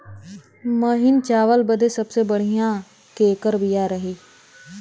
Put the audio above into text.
महीन चावल बदे सबसे बढ़िया केकर बिया रही?